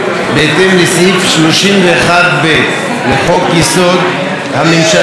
בהתאם לסעיף 31(ב) לחוק-יסוד: הממשלה,